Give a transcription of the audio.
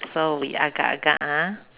so we agar agar ah